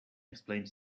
explained